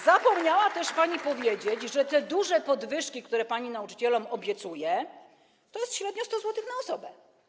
Zapomniała też pani powiedzieć, że te duże podwyżki, które pani nauczycielom obiecuje, to jest średnio 100 zł na osobę.